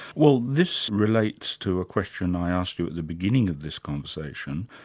well this relates to a question i asked you at the beginning of this conversation,